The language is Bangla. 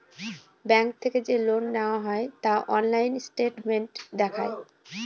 ব্যাঙ্ক থেকে যে লোন নেওয়া হয় তা অনলাইন স্টেটমেন্ট দেখায়